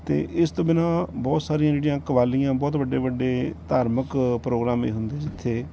ਅਤੇ ਇਸ ਤੋਂ ਬਿਨਾਂ ਬਹੁਤ ਸਾਰੀਆਂ ਜਿਹੜੀਆਂ ਕਵਾਲੀਆਂ ਬਹੁਤ ਵੱਡੇ ਵੱਡੇ ਧਾਰਮਿਕ ਪ੍ਰੋਗਰਾਮ ਇਹ ਹੁੰਦੇ ਜਿੱਥੇ